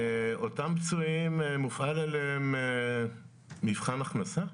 אותם פצועים, מופעל עליהם מבחן הכנסה.